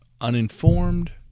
uninformed